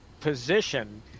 position